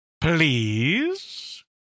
Please